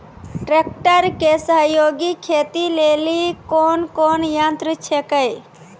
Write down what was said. Tractor के सहयोगी खेती लेली कोन कोन यंत्र छेकै?